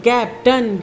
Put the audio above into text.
Captain